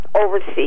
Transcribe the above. overseas